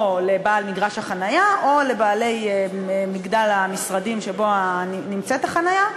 לבעל מגרש החניה או לבעלי מגדל המשרדים שבו נמצאת החניה,